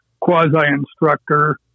quasi-instructor